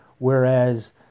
Whereas